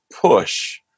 push –